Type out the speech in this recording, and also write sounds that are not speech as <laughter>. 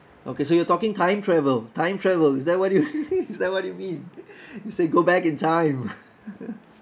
okay so you're talking time travel time travel is that what you <laughs> is that what you mean you say go back in time <laughs>